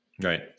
Right